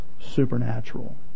supernatural